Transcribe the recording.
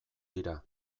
dira